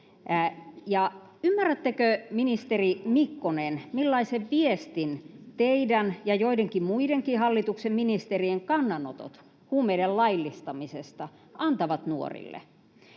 ymmärrättekö, ministeri Mikkonen, millaisen viestin teidän ja joidenkin muidenkin hallituksen ministerien kannanotot huumeiden laillistamisesta antavat nuorille?